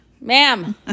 Ma'am